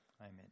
Amen